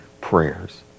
Prayers